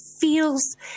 feels